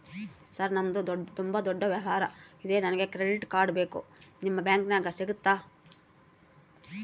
Sir ನಂದು ತುಂಬಾ ದೊಡ್ಡ ವ್ಯವಹಾರ ಇದೆ ನನಗೆ ಕ್ರೆಡಿಟ್ ಕಾರ್ಡ್ ಬೇಕು ನಿಮ್ಮ ಬ್ಯಾಂಕಿನ್ಯಾಗ ಸಿಗುತ್ತಾ?